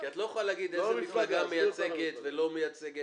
כי את לא יכולה להגיד איזו מפלגה מייצגת ולא מייצגת.